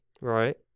Right